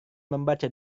membaca